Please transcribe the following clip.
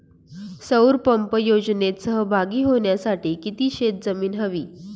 सौर पंप योजनेत सहभागी होण्यासाठी किती शेत जमीन हवी?